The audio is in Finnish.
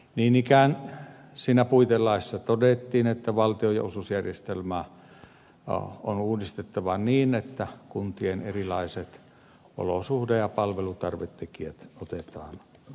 niin ikään puitelaissa todettiin että valtionosuusjärjestelmää on uudistettava niin että kuntien erilaiset olosuhde ja palvelutarvetekijät otetaan huomioon